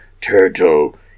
turtle